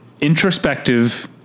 introspective